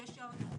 שש שעות.